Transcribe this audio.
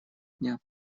дня